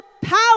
power